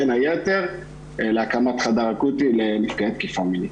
בין היתר להקמת חדר אקוטי לנפגעי תקיפה מינית.